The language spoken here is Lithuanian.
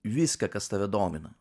viską kas tave domina